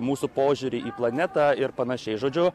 mūsų požiūrį į planetą ir panašiai žodžiu